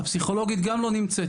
הפסיכולוגית גם לא נמצאת,